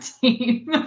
team